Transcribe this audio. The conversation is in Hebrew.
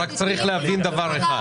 רק צריך להבין דבר אחד,